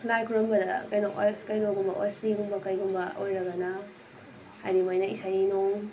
ꯂꯥꯏ ꯈꯨꯔꯨꯝꯕꯗ ꯀꯩꯅꯣ ꯑꯁ ꯀꯩꯅꯣꯒꯨꯝꯕ ꯑꯁꯅꯤꯒꯨꯝꯕ ꯀꯩꯒꯨꯝꯕ ꯑꯣꯏꯔꯒꯅ ꯍꯥꯏꯗꯤ ꯃꯣꯏꯅ ꯏꯁꯩ ꯅꯣꯡ